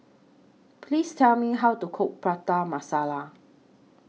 Please Tell Me How to Cook Prata Masala